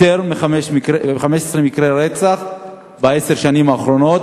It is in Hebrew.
יותר מ-15 מקרי רצח בעשר השנים האחרונות.